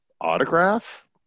Autograph